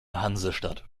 hansestadt